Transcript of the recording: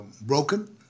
broken